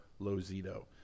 Lozito